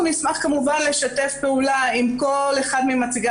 אנחנו נשמח כמובן לשתף פעולה עם כל אחד ממציגי